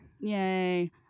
Yay